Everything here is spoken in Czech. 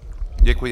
Děkuji.